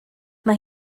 mae